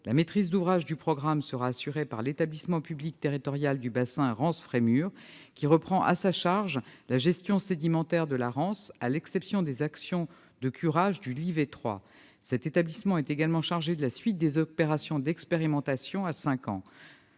La maîtrise d'ouvrage du programme sera assurée par l'établissement public territorial de bassin Rance-Frémur, qui reprend à sa charge la gestion sédimentaire de la Rance, à l'exception des actions de curage du Lyvet 3. Cet établissement est également chargé de la suite des opérations d'expérimentation à cinq ans.